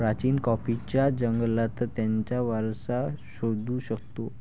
प्राचीन कॉफीच्या जंगलात त्याचा वारसा शोधू शकतो